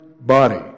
body